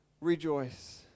rejoice